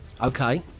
Okay